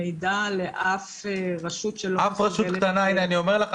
מידע לאף רשות שלא מסוגלת לעמוד --- הינה אני אומר לך.